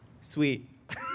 Sweet